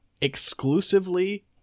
Exclusively